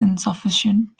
insufficient